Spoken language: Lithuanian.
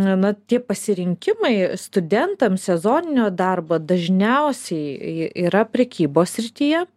na tie pasirinkimai studentams sezoninio darbo dažniausiai yra prekybos srityje